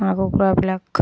হাঁহ কুকুৰাবিলাক